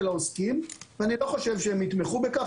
העוסקים ואני לא חושב שהם יתמכו בכך,